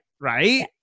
right